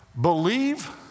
believe